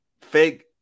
Fake